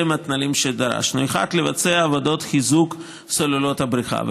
אלה הם התנאים שדרשנו: לבצע עבודות לחיזוק סוללות הבריכה,